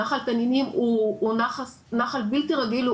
נחל תנינים הוא נחל בלתי רגיל,